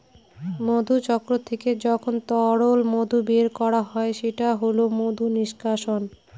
মধুচক্র থেকে যখন তরল মধু বের করা হয় সেটা হল মধু নিষ্কাশন